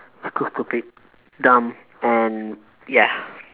it's too stupid dumb and ya